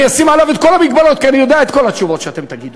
אני אשים עליו את כל המגבלות כי אני יודע את כל התשובות שאתם תגידו.